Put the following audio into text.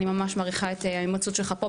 אני ממש מעריכה את ההימצאות שלך פה,